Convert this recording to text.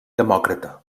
demòcrata